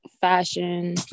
fashion